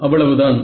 அவ்வளவுதான்